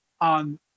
on